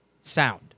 sound